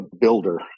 builder